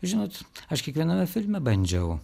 žinot aš kiekviename filme bandžiau